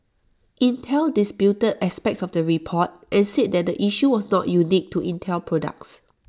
Intel disputed aspects of the report and said the issue was not unique to Intel products